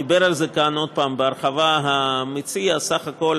דיבר על זה כאן בהרחבה המציע: בסך הכול,